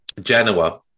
Genoa